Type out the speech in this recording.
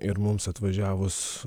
ir mums atvažiavus